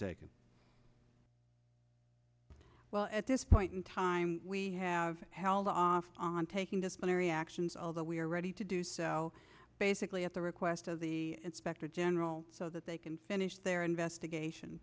taken well at this point in time we have held off on taking disciplinary actions although we are ready to do so basically at the request of the inspector general so that they can finish their investigation